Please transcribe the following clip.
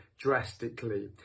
drastically